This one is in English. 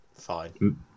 Fine